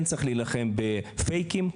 כן צריך להילחם בפייקים,